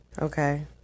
okay